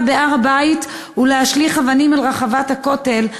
בהר-הבית ולהשליך אבנים אל רחבת הכותל,